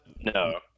no